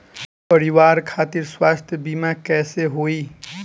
परिवार खातिर स्वास्थ्य बीमा कैसे होई?